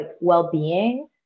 well-being